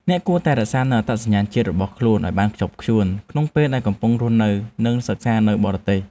អ្នកគួរតែរក្សានូវអត្តសញ្ញាណជាតិរបស់ខ្លួនឱ្យបានខ្ជាប់ខ្ជួនក្នុងពេលដែលកំពុងរស់នៅនិងសិក្សានៅបរទេស។